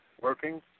Working